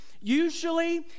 usually